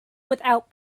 without